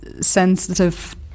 sensitive